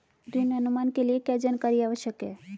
ऋण अनुमान के लिए क्या जानकारी आवश्यक है?